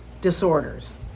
disorders